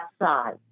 outside